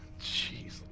Jeez